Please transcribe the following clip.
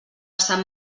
sant